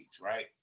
right